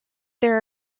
there